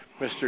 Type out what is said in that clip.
Mr